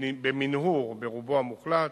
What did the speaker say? במנהור ברובו המוחלט,